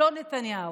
לא נתניהו".